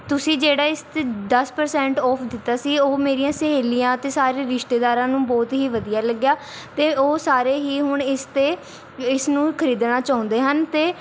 ਤੁਸੀਂ ਜਿਹੜਾ ਇਸ 'ਚ ਦਸ ਪਰਸੈਂਟ ਔਫ਼ ਦਿੱਤਾ ਸੀ ਉਹ ਮੇਰੀਆਂ ਸਹੇਲੀਆਂ ਅਤੇ ਸਾਰੇ ਰਿਸ਼ਤੇਦਾਰਾਂ ਨੂੰ ਬਹੁਤ ਹੀ ਵਧੀਆ ਲੱਗਿਆ ਅਤੇ ਉਹ ਸਾਰੇ ਹੀ ਹੁਣ ਇਸ 'ਤੇ ਇਸਨੂੰ ਖਰੀਦਣਾ ਚਾਹੁੰਦੇ ਹਨ ਅਤੇ